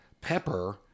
pepper